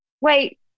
Wait